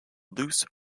loose